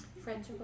Friends